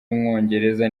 w’umwongereza